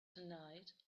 tonight